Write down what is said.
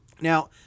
Now